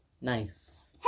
nice